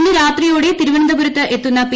ഇന്ന് രാത്രിയോടെ തിരുവനന്തപുരത്ത് എത്തുന്ന പി